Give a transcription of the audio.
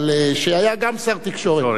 אבל שהיה גם שר תקשורת.